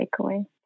takeaway